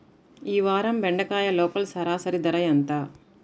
ఈ వారం బెండకాయ లోకల్ సరాసరి ధర ఎంత?